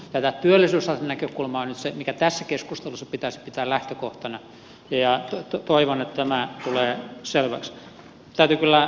tämä työllisyysastenäkökulma on nyt se mikä tässä keskustelussa pitäisi pitää lähtökohtana ja toivon että tämä tulee selväksi